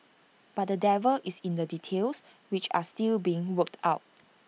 but the devil is in the details which are still being worked out